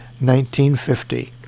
1950